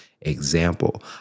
example